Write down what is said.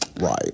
right